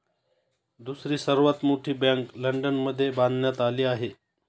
दुसरी सर्वात मोठी बँक लंडनमध्ये बांधण्यात आली आहे